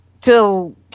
till